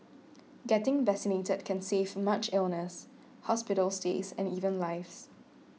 getting vaccinated can save much illness hospital stays and even lives